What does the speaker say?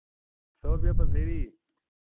सौ रुपया पसेरी